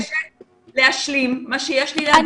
אני מבקשת להשלים מה שיש לי להגיד.